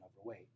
overweight